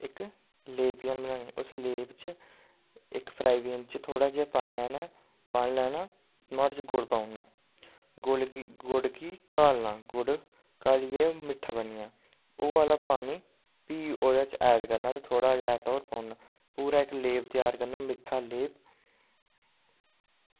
इक लेप जन बनानी ते उस लेप च इक फ्राईबिन च थोह्ड़ा जेहा पानी लाना पानी लाना ते नुहाड़े च गुड़ पाना गुड़ गी घालना ते गुड़ घालियै मिट्ठा बनी जाऽ ओह् आह्ला पानी फ्ही ओह्दे च एड करना थोह्ड़ा जेहा आटा होर पाई ओड़ना पूरा इक लेप त्यार करना मिट्ठा लेप